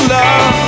love